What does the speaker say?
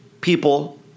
people